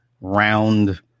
round